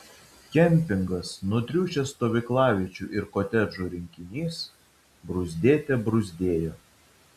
kempingas nutriušęs stovyklaviečių ir kotedžų rinkinys bruzdėte bruzdėjo